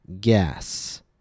gas